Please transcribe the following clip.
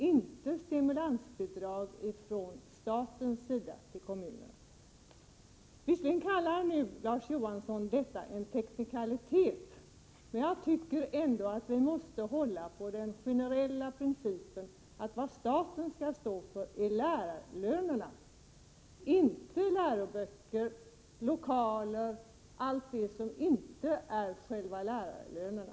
Detta skall inte betalas med stimulansbidrag från staten till kommunerna. Visserligen kallar Larz Johansson detta för en teknikalitet, men jag tycker ändå att vi måste hålla på den generella principen, nämligen att staten skall stå för lärarlönerna och inte för läroböcker, lokaler och allt annat utöver lärarlönerna.